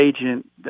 agent